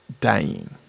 dying